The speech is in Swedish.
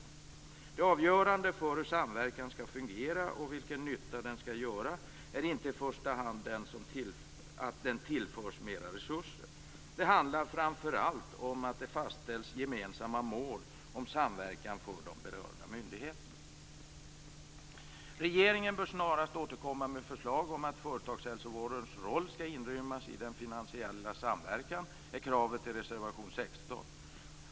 Det avgörande för hur samverkan skall fungera och vilken nytta den skall göra är inte i första hand att mer resurser tillförs. Det handlar framför allt om att det fastställs gemensamma mål om samverkan för de berörda myndigheterna. Regeringen bör snarast återkomma med förslag om att företagshälsovårdens roll skall inrymmas i den finansiella samverkan, är kravet i reservation 16.